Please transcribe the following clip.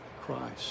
Christ